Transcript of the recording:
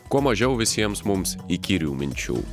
kuo mažiau visiems mums įkyrių minčių